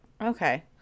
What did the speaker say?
Okay